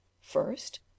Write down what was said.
First